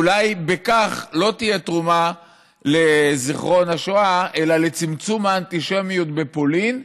אולי בכך לא תהיה תרומה לזיכרון השואה אלא לצמצום האנטישמיות בפולין,